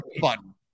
button